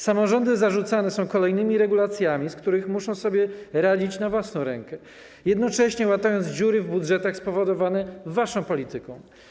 Samorządy zarzucane są kolejnymi regulacjami, z którymi muszą sobie radzić na własną rękę, jednocześnie łatając dziury w budżetach spowodowane waszą polityką.